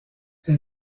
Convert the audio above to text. elle